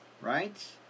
Right